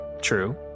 True